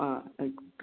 ആ ആയിക്കോട്ടെ